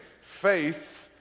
Faith